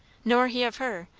nor he of her.